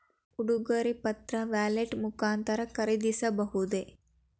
ಉಡುಗೊರೆ ಪತ್ರ ವ್ಯಾಲೆಟ್ ಮುಖಾಂತರ ಖರೀದಿಸಬಹುದೇ?